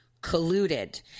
colluded